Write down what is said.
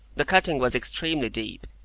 the cutting was extremely deep,